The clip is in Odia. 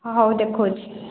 ହଉ ଦେଖୋଉଛି